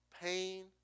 pain